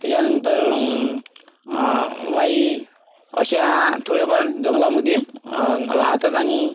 त्याच्यानंतर वाई अशा थोड्याफार जंगलामधे राहतात आणि